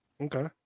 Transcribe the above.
Okay